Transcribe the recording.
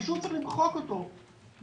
שפשוט צריך למחוק אותו מהחוק,